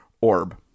orb